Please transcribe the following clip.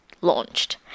launched